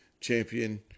champion